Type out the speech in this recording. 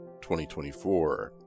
2024